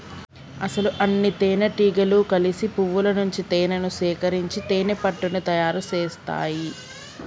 అసలు అన్నితేనెటీగలు కలిసి పువ్వుల నుంచి తేనేను సేకరించి తేనెపట్టుని తయారు సేస్తాయి